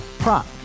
Prop